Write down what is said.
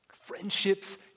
Friendships